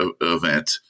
event